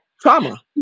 Trauma